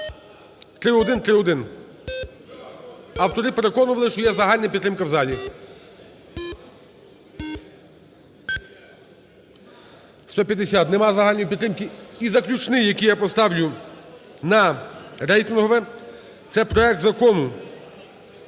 3131. Автори переконували, що є загальна підтримка у залі. 17:40:56 За-150 150. Немає загальної підтримки. І заключний, який я поставлю на рейтингове, – це проект Закону